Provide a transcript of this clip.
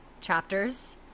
chapters